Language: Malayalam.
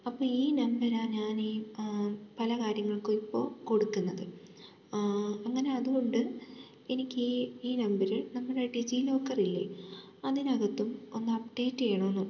അപ്പം ഈ നമ്പരാ ഞാനീ പല കാര്യങ്ങൾക്കും ഇപ്പോൾ കൊടുക്കുന്നത് അങ്ങനെ അതുകൊണ്ട് എനിക്കീ ഈ നമ്പർ നമ്മുടെ ഡിജി ലോക്കാറില്ലേ അതിനകത്തും ഒന്നപ്ഡേറ്റ് ചെയ്യണമെന്നുണ്ട്